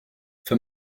für